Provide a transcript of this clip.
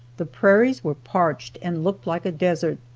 the prairies were parched and looked like a desert,